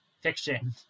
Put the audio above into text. fiction